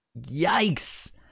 Yikes